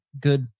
good